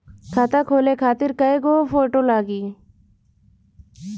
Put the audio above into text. खाता खोले खातिर कय गो फोटो लागी?